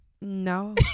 no